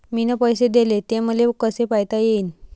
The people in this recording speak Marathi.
मिन पैसे देले, ते मले कसे पायता येईन?